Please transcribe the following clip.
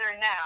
now